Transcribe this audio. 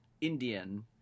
Indian